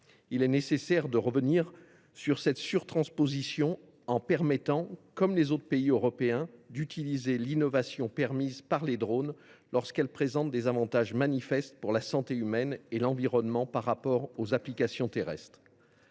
Il est nécessaire de revenir sur la surtransposition au fondement de ce texte en permettant, comme les autres pays européens, d’utiliser l’innovation qu’incarnent les drones lorsqu’elle présente des avantages manifestes pour la santé humaine et l’environnement par rapport aux applications terrestres.